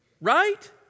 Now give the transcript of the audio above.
Right